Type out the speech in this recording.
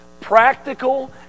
practical